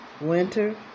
winter